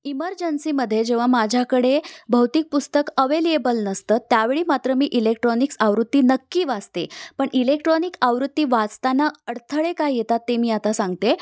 इमर्जन्सीमध्ये जेव्हा माझ्याकडे भौतिक पुस्तक अवेलिएबल नसतं त्यावेळी मात्र मी इलेक्ट्रॉनिक्स आवृत्ती नक्की वाचते पण इलेक्ट्रॉनिक आवृत्ती वाचताना अडथळे काय येतात ते मी आता सांगते